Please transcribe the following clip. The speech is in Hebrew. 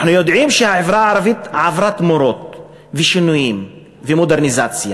אנחנו יודעים שהחברה הערבית עברה תמורות ושינויים ומודרניזציה,